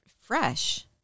fresh